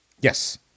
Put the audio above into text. Yes